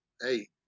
Hey